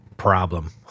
problem